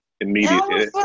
immediately